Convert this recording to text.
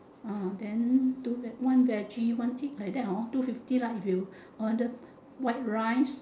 ah then two veg one veggie one egg like that hor two fifty lah if you order white rice